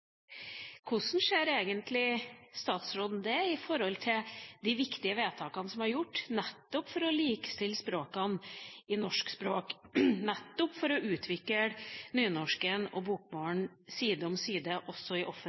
Hvordan ser egentlig statsråden det i forhold til de viktige vedtakene som er gjort nettopp for å likestille språkformene i norsk språk, nettopp for å utvikle nynorsk og bokmål side om side også i